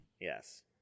Yes